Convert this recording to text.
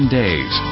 days